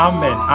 Amen